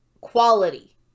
Quality